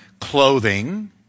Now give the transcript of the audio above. Clothing